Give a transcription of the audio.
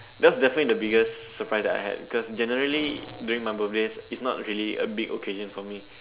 that was the definitely the biggest surprise that I had because generally during my birthdays it's not really a big occasion for me